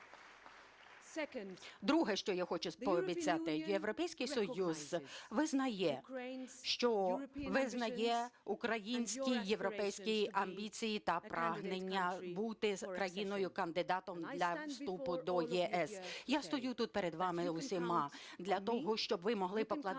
Друге, що я хочу пообіцяти. Європейський Союз визнає, що… визнає українські європейські амбіції та прагнення бути країною-кандидатом для вступу до ЄС. Я стою тут перед вами усіма для того, щоб ви могли покладатися